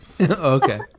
Okay